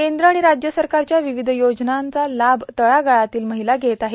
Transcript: केंद्र आणि राज्य सरकारच्या विविध योजनाचा लाभ तळागाळातील महिला घेत आहेत